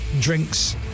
drinks